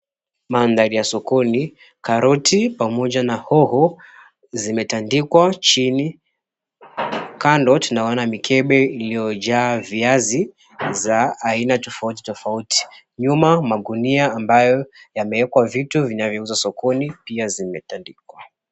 Mandhari ya sokoni. Karoti pamoja na hoho zimetandikwa chini. Kando tunaona mikebe iliyojaa viazi za aina tofauti tofauti. Nyuma, magunia ambayo yamewekwa vitu vinavyouzwa sokoni pia zimetandikwa.